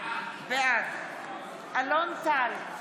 בעד אלון טל,